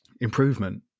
improvement